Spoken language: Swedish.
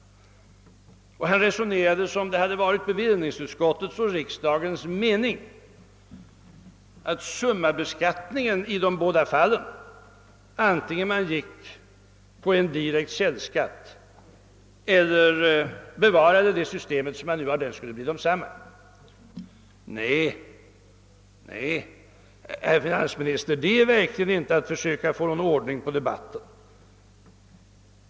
Han resonerade som om det varit bevillningsutskottets och riksdagens mening att summabeskattningen i de båda fallen, antingen man införde direkt källskatt eller bevarade det nuvarande systemet, skulle bli densamma. Nej, herr finansminister, det är verkligen inte att försöka få någon ordning på debatten!